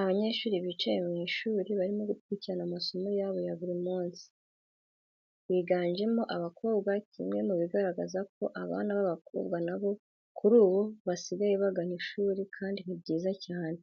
Abanyeshuri bicaye mu ishuri barimo bakurikira amasomo yabo ya buri munsi. Biganjemo abakobwa kimwe mu bigaragaza ko abana b'abakobwa nabo kuri ubu basigaye bagana ishuri kandi ni byiza cyane,